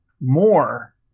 more